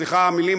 סליחה על המילים,